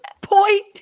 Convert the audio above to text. point